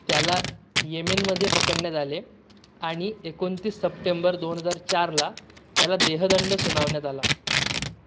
त्याला येमेनमध्ये पकडण्यात आले आणि एकोणतीस सप्टेंबर दोन हजार चारला त्याला देहदंड सुनावण्यात आला